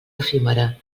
efímera